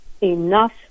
enough